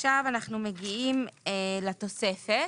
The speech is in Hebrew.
עכשיו אנחנו מגיעים לתוספת